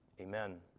Amen